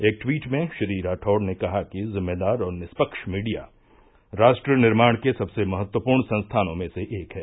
एक ट्वीट में श्री राठौड़ ने कहा कि जिम्मेदार और निष्पक्ष मीडिया राष्ट्र निर्माण के सबसे महत्वपूर्ण संस्थानों में से एक है